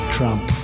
Trump